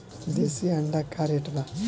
देशी अंडा का रेट बा?